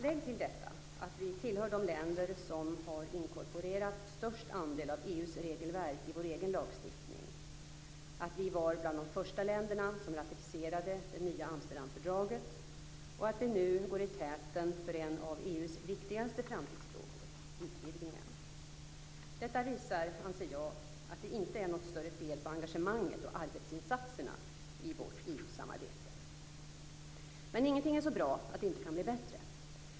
Lägg till detta att vi tillhör de länder som har inkorporerat störst andel av EU:s regelverk i vår egen lagstiftning, att vi var bland de första länder som ratificerade det nya Amsterdamfördraget och att vi nu går i täten för en av EU:s viktigaste framtidsfrågor - utvidgningen. Detta visar, anser jag, att det inte är något större fel på engagemanget och arbetsinsatserna i vårt EU-samarbete. Men ingenting är så bra att det inte kan bli bättre.